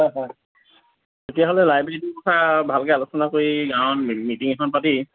হয় হয় তেতিয়াহ'লে লাইব্ৰেৰীটোৰ কথা ভালকে আলোচনা কৰি গাঁৱত মিটিং এখন পাতি